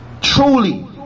truly